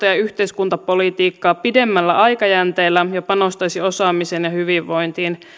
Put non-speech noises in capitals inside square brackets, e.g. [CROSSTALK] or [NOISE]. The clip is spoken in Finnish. [UNINTELLIGIBLE] ja yhteiskuntapolitiikkaa pidemmällä aikajänteellä ja panostaisi osaamiseen ja hyvinvointiin